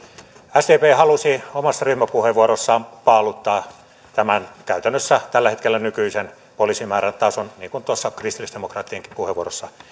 sdp halusi omassa ryhmäpuheenvuorossaan paaluttaa tämän käytännössä tällä hetkellä olevan nykyisen poliisimäärän tason sama tuossa kristillisdemokraattienkin puheenvuorossa